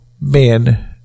men